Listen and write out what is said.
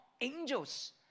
angels